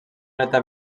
aleta